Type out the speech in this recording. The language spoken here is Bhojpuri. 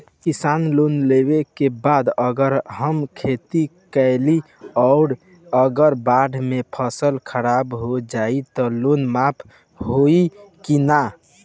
किसान लोन लेबे के बाद अगर हम खेती कैलि अउर अगर बाढ़ मे फसल खराब हो जाई त लोन माफ होई कि न?